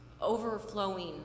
overflowing